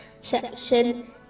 section